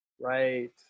Right